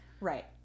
Right